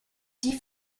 die